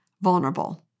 vulnerable